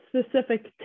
specific